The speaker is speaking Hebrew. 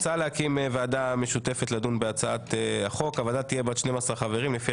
קביעת ועדה לדיון בהצעות החוק הבאות: